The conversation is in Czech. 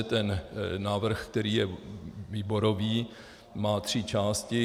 Ten návrh, který je výborový, má tři části.